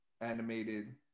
animated